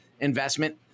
investment